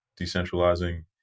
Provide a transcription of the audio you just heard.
decentralizing